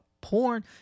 porn